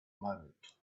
moment